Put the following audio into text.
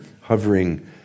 hovering